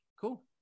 cool